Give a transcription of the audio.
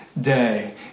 day